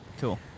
cool